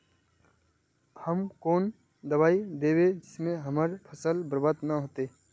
हम कौन दबाइ दैबे जिससे हमर फसल बर्बाद न होते?